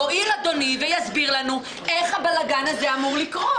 יואיל אדוני ויסביר לנו איך הבלגן הזה אמור לקרות?